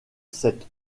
cette